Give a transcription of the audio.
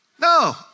No